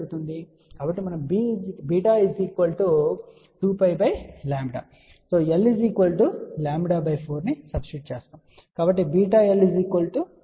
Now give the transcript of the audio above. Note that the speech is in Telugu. కాబట్టిమనము β2 πλ l λ 4 సబ్స్టిట్యూట్ చేస్తాము